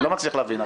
אני לא מצליח להבין.